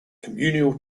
communal